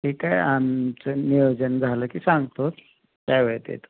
ठीक आहे आमचं नियोजन झालं की सांगतो त्या वेळेत येतो